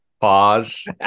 pause